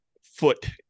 foot